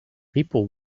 people